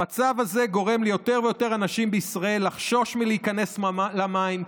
המצב הזה גורם ליותר ויותר אנשים בישראל לחשוש מלהיכנס למים,